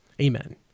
Amen